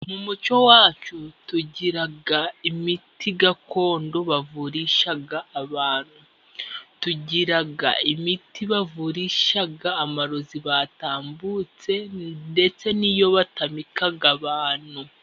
Mu muco wacu tugira imiti gakondo bavurisha abantu, tugira imiti bavurisha amarozi batambutse ndetse n'ayo batamika abantu.